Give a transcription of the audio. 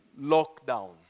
lockdown